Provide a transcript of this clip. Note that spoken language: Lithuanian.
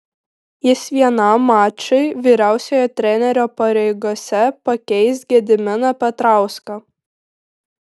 jis vienam mačui vyriausiojo trenerio pareigose pakeis gediminą petrauską